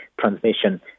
transmission